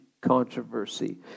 controversy